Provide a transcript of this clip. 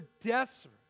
desperate